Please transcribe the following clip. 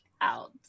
out